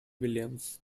williams